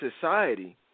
society